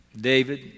David